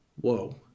Whoa